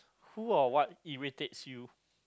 who or what irritates you